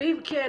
ואם כן,